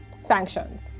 sanctions